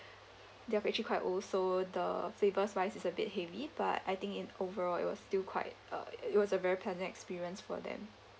they're actually quite old so the flavour's wise is a bit heavy but I think in overall it was still quite uh it was a very pleasant experience for them